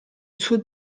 suo